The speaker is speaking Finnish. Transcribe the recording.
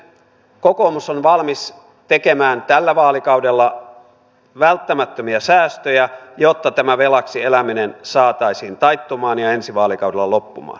kokoomus on valmis tekemään tällä vaalikaudella välttämättömiä säästöjä jotta tämä velaksi eläminen saataisiin taittumaan ja ensi vaalikaudella loppumaan